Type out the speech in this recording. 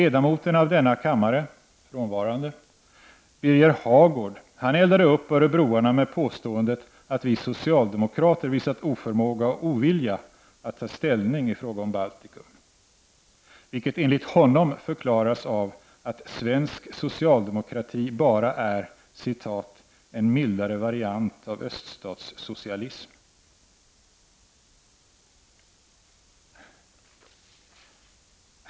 Ledamoten av denna kammare — just nu frånvarande — Birger Hagård eldade upp örebroarna med påståendet att vi socialdemokrater har visat oförmåga och ovilja att ta ställning i fråga om Baltikum, vilket enligt honom förklaras av att svensk socialdemokrati bara är ”en mildare variant av öststatssocialism”.